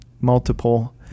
multiple